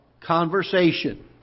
conversation